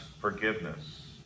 forgiveness